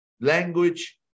language